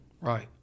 Right